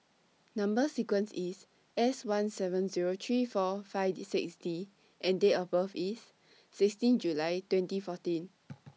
Number sequence IS S one seven Zero three four five six D and Date of birth IS sixteen July twenty fourteen